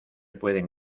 pueden